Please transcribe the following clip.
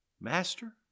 Master